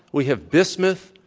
we have bismuth,